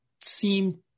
seem